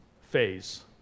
phase